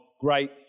great